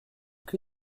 que